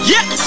Yes